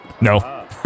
No